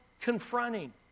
confronting